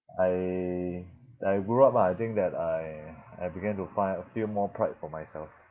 I I grew up ah I think that I I began to find I feel more pride for myself